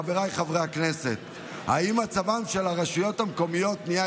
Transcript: חבריי חברי הכנסת: האם מצבן של הרשויות המקומיות נהיה